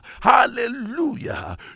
Hallelujah